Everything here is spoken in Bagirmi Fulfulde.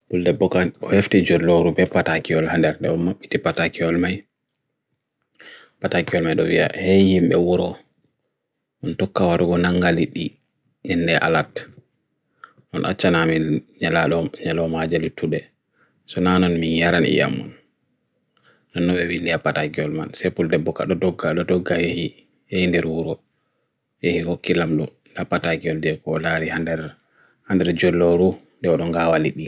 Bulde buka hefti jor loru pe pata kiol mai do mma, iti pata kiol mai. Pata kiol mai do ya, hei yim e uro. Mntukkawar ugo nangali di, inne alat. On achanam yelalom, yelalom ajali to de. So nanan mi yaran iyamun. Nanu we bindi a pata kiol man. Se bulde buka do doka, do doka hei, hei inne uro. Hei hei ho kilam lu, a pata kiol de ko lali 100 jor loru, do runga awali di.